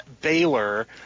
Baylor